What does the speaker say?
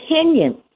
opinion